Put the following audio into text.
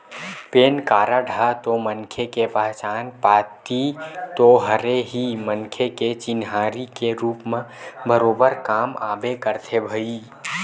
PAN card ह तो मनखे के पहचान पाती तो हरे ही मनखे के चिन्हारी के रुप म बरोबर काम आबे करथे भई